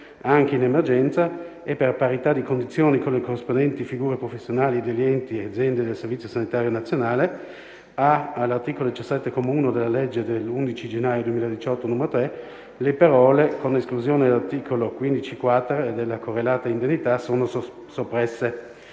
anche in emergenza, e per parità di condizioni con le corrispondenti figure professionali degli enti e aziende del Servizio sanitario nazionale: a) all'articolo 17, comma 1, della legge dell' 11 gennaio 2018, n. 3, le parole: «con esclusione dell'articolo 15-*quater* e della correlata indennità» sono soppresse;